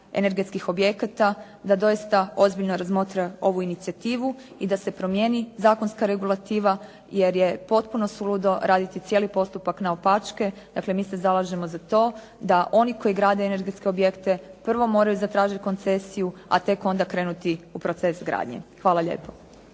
energetskih objekata da doista ozbiljno razmotre ovu inicijativu i da se promijeni zakonska regulativa jer je potpuno suludo raditi cijeli postupak naopačke. Dakle mi se zalažemo za to da oni koji grade energetske objekte prvo moraju zatražiti koncesiju, a tek onda krenuti u proces gradnje. Hvala lijepo.